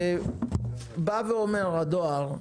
הדואר אומר: